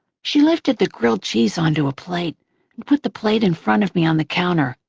she lifted the grilled cheese onto a plate and put the plate in front of me on the counter.